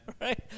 Right